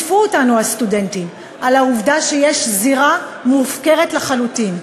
הסטודנטים שיתפו אותנו בעובדה שיש זירה מופקרת לחלוטין.